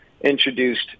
introduced